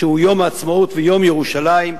שהוא יום העצמאות ויום ירושלים,